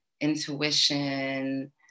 intuition